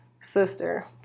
sister